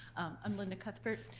i'm linda cuthbert.